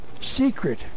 secret